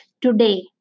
today